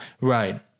Right